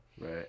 Right